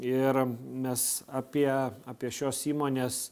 ir mes apie apie šios įmonės